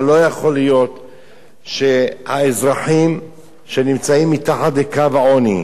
אבל לא יכול להיות שהאזרחים שנמצאים מתחת לקו העוני,